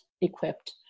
equipped